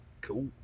Cool